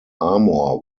armor